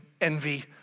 envy